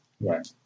Right